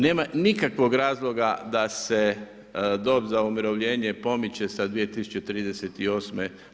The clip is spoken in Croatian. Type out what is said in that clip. Nema nikakvog razloga da se dob za umirovljenje pomiče se 2038.